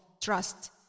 trust